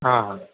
हां हां